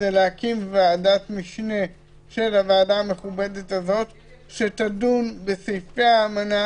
זה להקים ועדת משנה של הוועדה המכובדת הזו שתדון בסעיפי האמנה